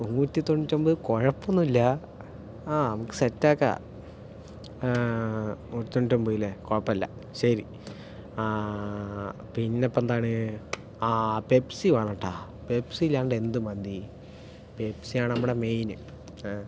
നൂറ്റിതൊണ്ണൂറ്റൊമ്പത് കുഴപ്പമൊന്നുമില്ല ആഹ് സെറ്റാക്കാം നൂറ്റിതൊണ്ണൂറ്റൊമ്പത് ഇല്ലേ കുഴപ്പമില്ല ശരി പിന്നിപ്പം എന്താണ് ആ പെപ്സി വേണട്ടാ പെപ്സിയില്ലാണ്ട് എന്ത് മന്തി പെപ്സിയാണ് നമ്മടെ മെയിന് എഹ്